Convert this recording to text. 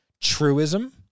truism